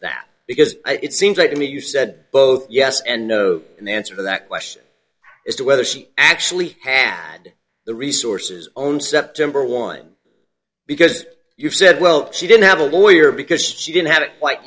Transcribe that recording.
that because it seems like i mean you said both yes and no and the answer to that question as to whether she actually had the resources on september won because you said well she didn't have a lawyer because she didn't have it